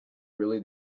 really